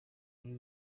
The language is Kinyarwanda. kuri